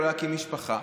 לא להקים משפחה.